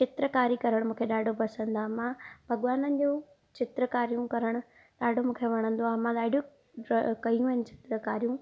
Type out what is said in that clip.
चित्रकारी करण मूंखे ॾाढो पसंदि आहे मां भॻवाननि जो चित्रकारियूं करण ॾाढो मूंखे वणंदो आहे मां ॾाढो कयूं आहिनि चित्रकारियूं